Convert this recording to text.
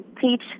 teach